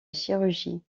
chirurgie